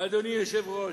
אדוני היושב-ראש,